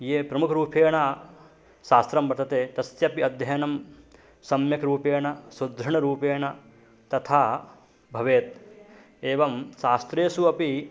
ये प्रमुखरूपेण शास्त्रं पठन्ति तस्यापि अध्ययनं सम्यक् रूपेण सुदृढरूपेण तथा भवेत् एवं शास्त्रेषु अपि